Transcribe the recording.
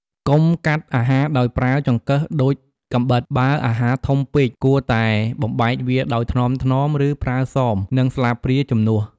កុំកាត់អាហារដោយប្រើចង្កឹះដូចកាំបិត បើអាហារធំពេក គួរតែបំបែកវាដោយថ្នមៗ ឬប្រើសម និងស្លាបព្រាជំនួស។